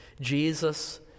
Jesus